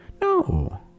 no